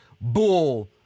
bull